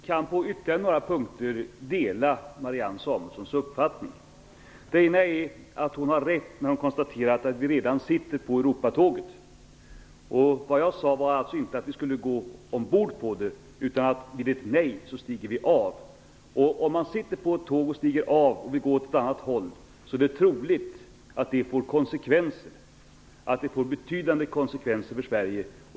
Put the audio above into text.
Fru talman! Jag delar Marianne Samuelssons uppfattning på ytterligare några punkter. Hon har rätt när hon konstaterar att vi redan sitter på Europatåget. Jag sade alltså inte att vi skulle gå ombord på det. Jag sade att vid ett nej stiger vi av. Om vi sitter på ett tåg och sedan stiger av för att gå åt ett annat håll är det troligt att det får betydande konsekvenser för Sverige.